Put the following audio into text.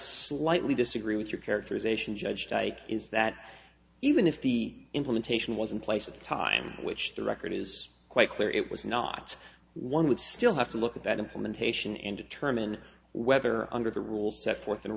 still lightly disagree with your characterization judge dyke is that even if the implementation wasn't place at the time which the record is quite clear it was not one would still have to look at that implementation and determine whether under the rules set forth